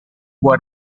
cuor